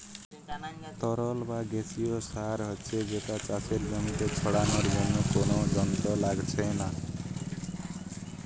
তরল বা গেসিও সার হচ্ছে যেটা চাষের জমিতে ছড়ানার জন্যে কুনো যন্ত্র লাগছে না